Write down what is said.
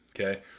Okay